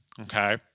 okay